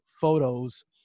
photos